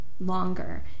longer